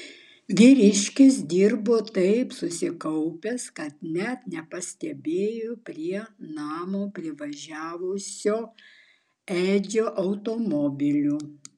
vyriškis dirbo taip susikaupęs kad net nepastebėjo prie namo privažiavusio edžio automobilio